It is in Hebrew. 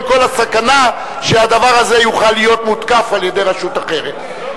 עם כל הסכנה שהדבר הזה יוכל להיות מותקף על-ידי רשות אחרת.